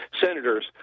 senators